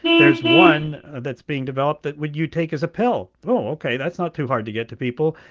there's one that's being developed that would you take as a pill. oh, ok. that's not too hard to get to people.